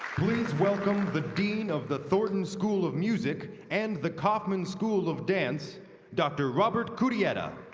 please welcome the dean of the thornton school of music and the kaufman school of dance dr. robert cutietta.